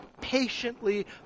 patiently